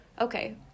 okay